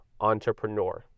entrepreneur